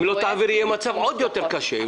אם לא תאשר את זה יהיה מצב עוד יותר קשה.